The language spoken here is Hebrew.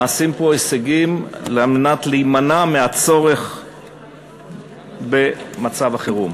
נעשים פה הישגים על מנת להימנע מהצורך במצב החירום,